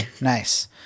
nice